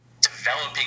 developing